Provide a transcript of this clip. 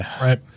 Right